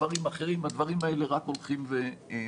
דברים אחרים הדברים האלה רק הולכים ומתרחבים.